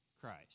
Christ